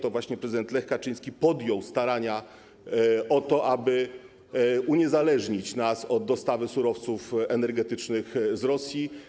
To właśnie prezydent Lech Kaczyński podjął starania o to, aby uniezależnić nas od dostawy surowców energetycznych z Rosji.